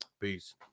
Peace